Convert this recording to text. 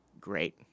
great